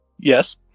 Yes